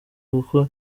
kuko